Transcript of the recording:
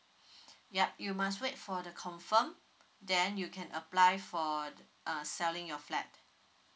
yup you must wait for the confirm then you can apply for err selling your flat